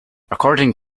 according